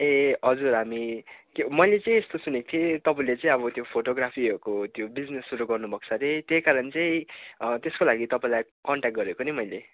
ए हजुर हामी के हो मैले चाहिँ यस्तो सुनेको थिएँ तपाईँले चाहिँ अब त्यो फोटोग्राफीहरूको त्यो बिजनेस सुरु गर्नु भएको छ हरे त्यही कारण चाहिँ त्यसको लागि तपाईँलाई कन्ट्याक्ट गरेको नि मैले